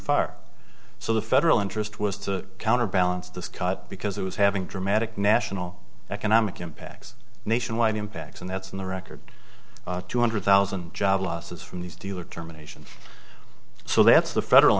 far so the federal interest was to counterbalance this cut because it was having dramatic national economic impacts nationwide impacts and that's on the record two hundred thousand job losses from these dealer terminations so that's the federal